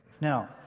Now